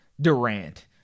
Durant